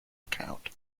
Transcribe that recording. account